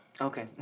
okay